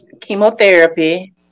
Chemotherapy